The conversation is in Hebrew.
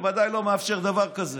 בוודאי הוא לא מאפשר דבר כזה.